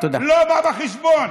לא בא בחשבון.